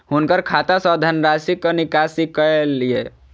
हुनकर खाता सॅ धनराशिक निकासी कय लिअ